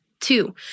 Two